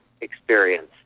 experience